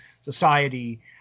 society